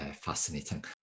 fascinating